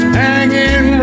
hanging